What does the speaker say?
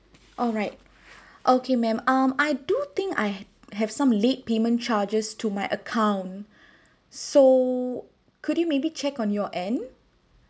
alright okay ma'am um I do think I have some late payment charges to my account so could you maybe check on your end